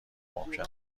ممکن